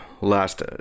last